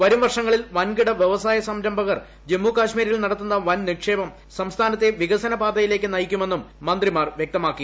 വരും വർഷങ്ങളിൽ വൻകിട വൃവസായ സംരംഭകർ ജമ്മുകാശ്മീരിൽ നടത്തുന്ന വൻ നിക്ഷേപം സംസ്ഥാനത്തെ വികസനപാതയിലേക്ക് നയിക്കുമെന്നും മന്ത്രിമാർ വൃക്തമാക്കി